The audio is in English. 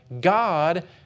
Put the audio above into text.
God